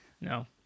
No